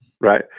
right